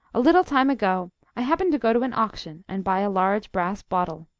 a little time ago i happened to go to an auction and buy a large brass bottle.